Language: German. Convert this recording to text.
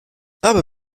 aber